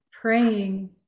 praying